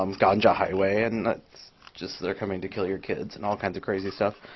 um ganja highway, and and it's just they're coming to kill your kids and all kinds of crazy stuff.